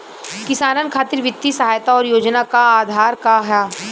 किसानन खातिर वित्तीय सहायता और योजना क आधार का ह?